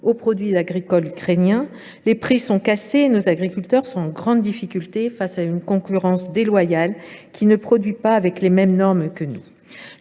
aux produits agricoles ukrainiens : des prix cassés et nos agriculteurs en grande difficulté face à une concurrence déloyale, qui produit sans avoir à respecter les mêmes normes que nous.